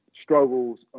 Struggles